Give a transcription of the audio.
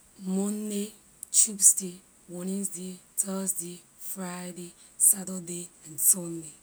Monday tuesday wednesday thursday friday saturday and sunday